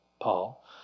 Paul